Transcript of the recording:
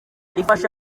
rifasha